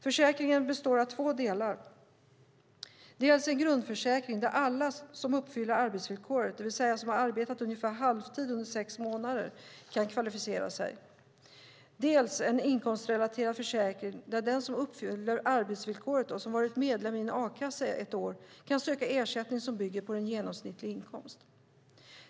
Försäkringen består av två delar, dels en grundförsäkring där alla som uppfyller arbetsvillkoret, det vill säga har arbetat ungefär halvtid under sex månader, kan kvalificera sig, dels en inkomstrelaterad försäkring där den som uppfyller arbetsvillkoret och som varit medlem i en a-kassa ett år kan söka ersättning som bygger på en genomsnittlig inkomst.